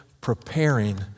preparing